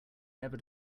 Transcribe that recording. never